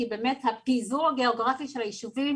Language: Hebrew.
כי באמת הפיזור הגיאוגרפי של היישובים